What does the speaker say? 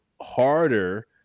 harder